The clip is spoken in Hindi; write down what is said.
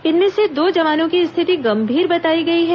इनमें से दो जवानों की स्थिति गंभीर बताई गई है